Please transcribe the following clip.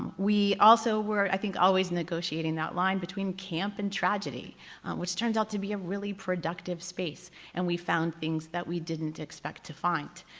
we also were i think always negotiating that line between camp and tragedy which turned out to be a really productive space and we found things that we didn't expect to find.